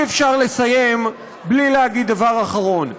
אי-אפשר לסיים בלי להגיד דבר אחרון.